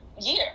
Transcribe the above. year